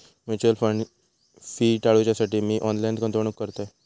mutual fund fee टाळूच्यासाठी मी online गुंतवणूक करतय